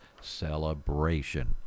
celebration